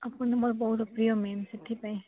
ଆପଣ ମୋର ବହୁତ ପ୍ରିୟ ମ୍ୟାମ୍ ସେଥିପାଇଁ